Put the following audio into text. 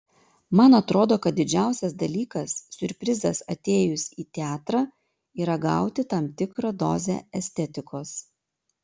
man atrodo kad didžiausias dalykas siurprizas atėjus į teatrą yra gauti tam tikrą dozę estetikos